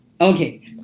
Okay